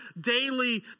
daily